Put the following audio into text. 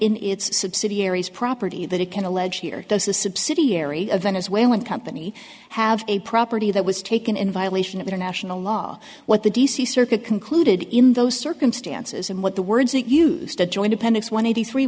in its subsidiaries property that it can allege here does a subsidiary of venezuelan company have a property that was taken in violation of international law what the d c circuit concluded in those circumstances and what the words that used the joint appendix one eighty three